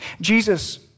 Jesus